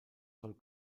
soll